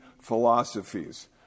philosophies